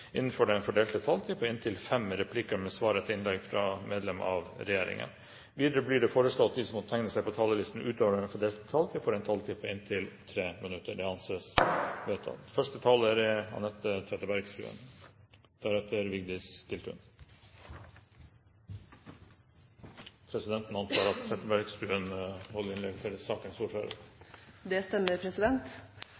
innenfor den fordelte taletid. Videre blir det foreslått at de som måtte tegne seg på talerlisten utover den fordelte taletid, får en taletid på inntil 3 minutter. – Det anses vedtatt. Første taler er Anette Trettebergstuen. Presidenten antar at Trettebergstuen holder innlegg for sakens ordfører.